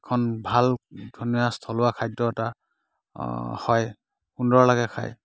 এখন ভাল ধুনীয়া থলুৱা খাদ্য এটা হয় সুন্দৰ লাগে খাই